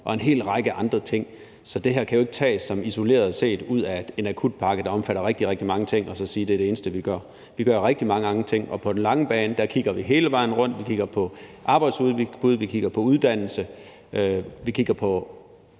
er en hel række andre ting. Så det her kan jo ikke tages isoleret ud af en akutpakke, der omfatter rigtig mange ting, i forhold til at man så siger, at det er det eneste, vi gør. Vi gør rigtig mange andre ting, og på den lange bane kigger vi hele vejen rundt. Vi kigger på arbejdsudbud, vi kigger på uddannelse, og vi kigger på